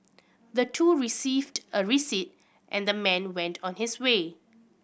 the two received a receipt and the man went on his way